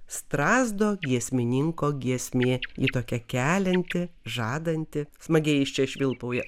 strazdo giesmininko giesmė ji tokia kelianti žadanti smagiai jis čia švilpauja